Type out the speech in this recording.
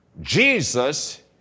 Jesus